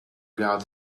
god